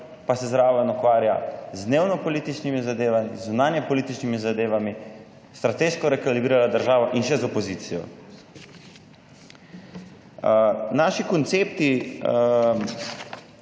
pa se zraven ukvarja z dnevno političnimi zadevami, z zunanjepolitičnimi zadevami, strateško …/nerazumljivo/ državo in še z opozicijo. Naši koncepti